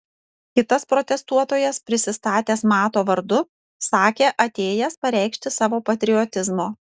kitas protestuotojas prisistatęs mato vardu sakė atėjęs pareikšti savo patriotizmo